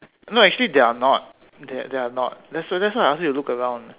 no actually they are not they are not that's that's why I ask you to look around